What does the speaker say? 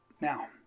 Now